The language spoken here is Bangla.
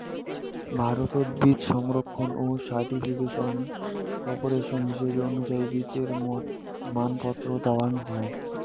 ভারতত বীচি সংরক্ষণ ও সার্টিফিকেশন কর্পোরেশনের হিসাব অনুযায়ী বীচির মানপত্র দ্যাওয়াং হই